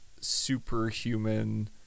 superhuman